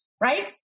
right